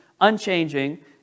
unchanging